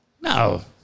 No